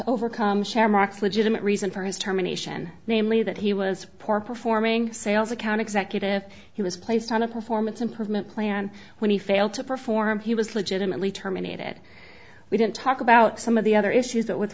overcome shamrocks legitimate reason for his terminations namely that he was poor performing sales account executive he was placed on a performance improvement plan when he failed to perform he was legitimately terminated we didn't talk about some of the other issues that with